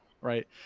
right